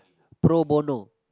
pro bono